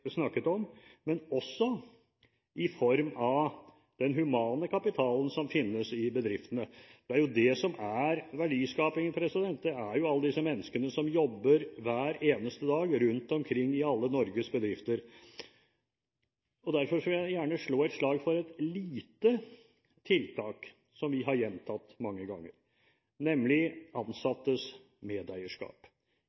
snakket om – men også i form av den humane kapitalen som finnes i bedriftene. Det som er verdiskapingen, er alle menneskene som hver eneste dag jobber rundt omkring i alle Norges bedrifter. Derfor vil jeg gjerne slå et slag for et lite tiltak som vi har gjentatt mange ganger, nemlig